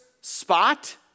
spot